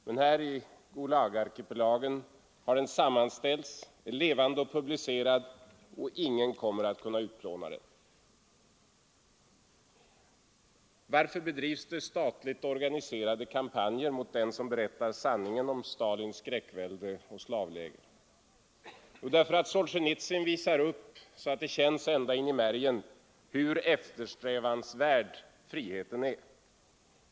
Men här — i Gulagarkipelagen — har den sammanställts, är levande och publicerad och ingen kommer någonsin att kunna utplåna den.” Varför bedrivs det statligt organiserade kampanjer mot den som berättar sanningen om Stalins skräckvälde och slavläger? Jo, därför att Solzjenitsyn visar upp, så att det känns ända in i märgen, hur eftersträvansvärd friheten är.